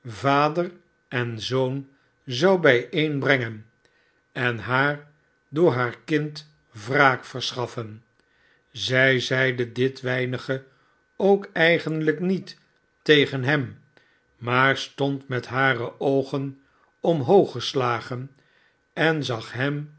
vader en zoon zou bijeenbrengen en haar door haar kind wraak verschaffen zij zeide dit weinige ook eigenlijk niet tegen hem maar stond met hare oogen omhooggeslagen en zag hem